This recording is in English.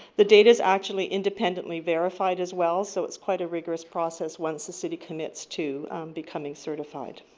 the data is actually independently verified as well so it's quite a rigorous process once the city commits to becoming certified.